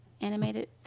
animated